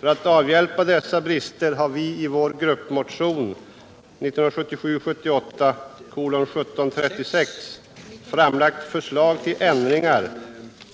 För att avhjälpa dessa brister har vi i vår motion 1977/78:1736 framlagt förslag till ändringar,